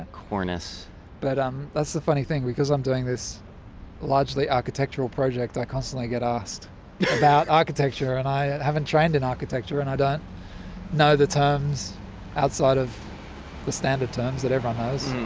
ah cornice but that's the funny thing because i'm doing this largely architectural project, i constantly get asked about architecture. and i haven't trained in architecture and i don't know the terms outside of the standard terms that everyone knows.